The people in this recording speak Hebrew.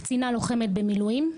קצינה לוחמת במילואים.